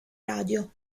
radio